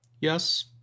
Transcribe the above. Yes